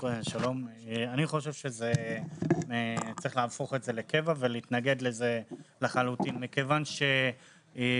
אני חושב שצריך להפוך את זה לקבע ולהתנגד לזה לחלוטין מכיוון שאם